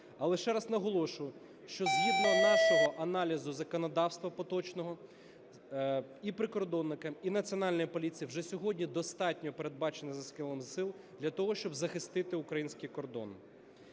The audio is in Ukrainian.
Але ще раз наголошую, що згідно нашого аналізу законодавства, поточного, і прикордонникам, і Національній поліції вже сьогодні достатньо передбачено засобів і сил для того, щоб захистити український кордон.